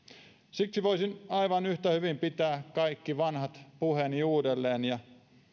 siksi voisin aivan yhtä hyvin pitää kaikki vanhat puheeni uudelleen ja